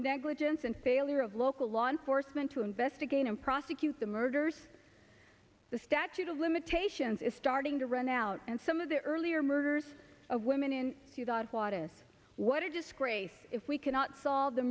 negligence and failure of local law enforcement to investigate and prosecute the murders the statute of limitations is starting to run out and some of the earlier murders of women in ciudad juarez what a disgrace if we cannot solve the